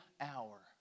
hour